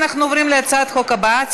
אנחנו עוברים להצעת החוק הבאה,